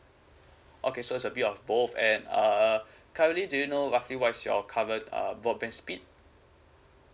okay so is a bit of both and err currently do you know roughly what's your covered broadband speed